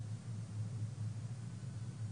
כי